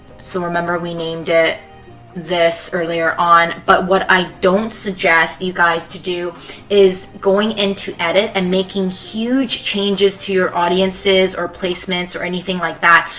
so remember we named it this earlier on. but what i don't suggest you guys to do is going into edit and making huge changes to your audiences or placements or anything like that.